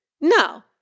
No